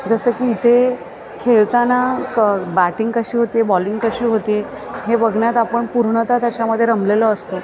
जसं की इथे खेळताना बॅटिंग कशी होते बॉलिंग कशी होते हे बघण्यात आपण पूर्णत त्याच्यामध्ये रमलेलो असतो